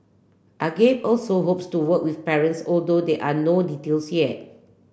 agape also hopes to work with parents although they are no details yet